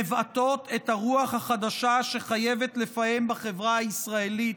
מבטאות את הרוח החדשה שחייבת לפעם בחברה הישראלית,